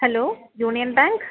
hello union bank